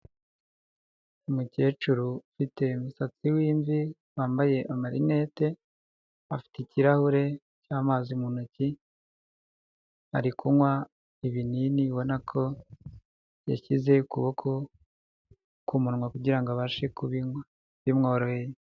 Umukecuru ufite umusatsi w'imvi, wambaye amarinete, afite ikirahure cy'amazi mu ntoki, ari kunywa ibinini ubona ko yashyize ukuboko ku munwa kugira ngo abashe kubinywa bimworoheye.